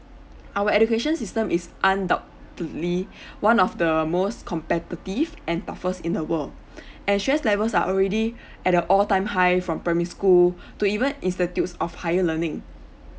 our education system is undoubtedly one of the most competitive and toughest in the world and stress levels are already at the all time high from primary school to even institutes of higher learning